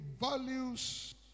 values